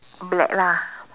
black lah